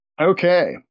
Okay